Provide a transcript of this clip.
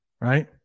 right